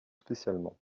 spécialement